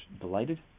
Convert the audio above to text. Delighted